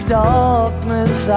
darkness